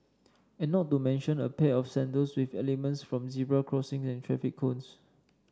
and not to mention a pair of sandals with elements from zebra crossing and traffic cones